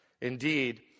Indeed